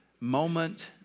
moment